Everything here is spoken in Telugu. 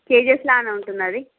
కేజేస్ లానే ఉంటుంది అది